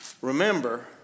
remember